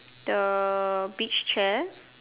the beach chair